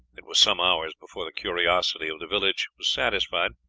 it was some hours before the curiosity of the village was satisfied.